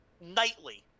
nightly